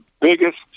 biggest